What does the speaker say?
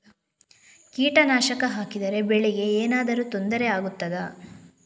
ಕೀಟನಾಶಕ ಹಾಕಿದರೆ ಬೆಳೆಗೆ ಏನಾದರೂ ತೊಂದರೆ ಆಗುತ್ತದಾ?